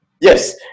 Yes